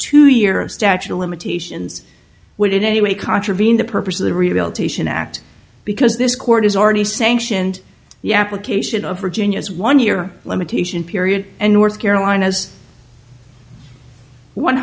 two year statute of limitations would in any way contravene the purpose of the rehabilitation act because this court has already sanctioned the application of virginia's one year limitation period and north carolina has one